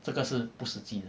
这个是不实际的